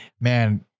Man